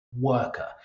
worker